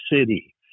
city